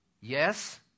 yes